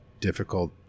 difficult